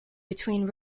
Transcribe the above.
between